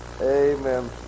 Amen